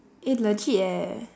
eh legit eh